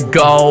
go